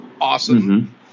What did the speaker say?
awesome